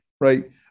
Right